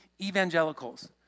evangelicals